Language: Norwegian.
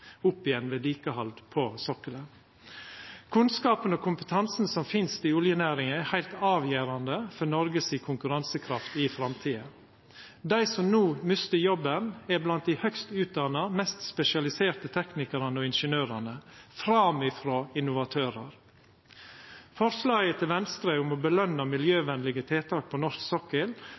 på sokkelen. Kunnskapen og kompetansen som finst i oljenæringa, er heilt avgjerande for Noreg si konkurransekraft i framtida. Dei som no mistar jobben, er blant dei høgst utdanna og mest spesialiserte teknikarane og ingeniørane – framifrå innovatørar. Forslaget frå Venstre om å løna miljøvennlege tiltak på norsk sokkel